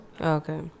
Okay